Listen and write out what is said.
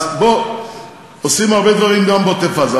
אז בוא, עושים הרבה דברים גם בעוטף-עזה.